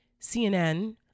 CNN